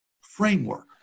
framework